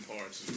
Parts